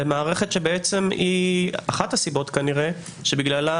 ומערכת שהיא אחת הסיבות כנראה שבגללה